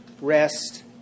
rest